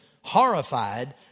horrified